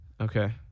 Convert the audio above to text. okay